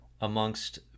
amongst